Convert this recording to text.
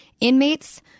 inmates